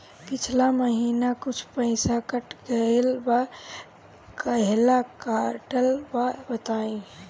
पिछला महीना कुछ पइसा कट गेल बा कहेला कटल बा बताईं?